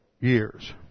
years